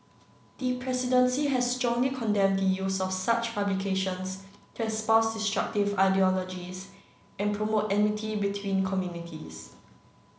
the presidency has strongly condemned the use of such publications to espouse destructive ideologies and promote enmity between communities